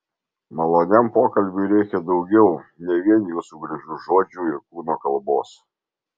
maloniam pokalbiui reikia daugiau ne vien jūsų gražių žodžių ir kūno kalbos